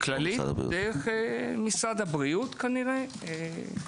דרך משרד הבריאות כנראה.